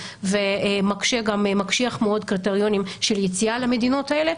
ומקשיח מאוד קריטריונים של יציאה למדינות האלה.